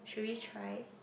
should we try